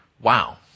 Wow